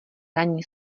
ranní